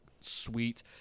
sweet